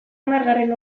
hamargarren